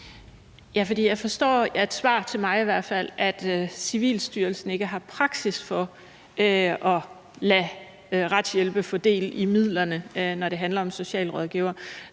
hvert fald af et svar til mig, at Civilstyrelsen ikke har praksis for at lade retshjælpene få del i midlerne, når det handler om socialrådgivere.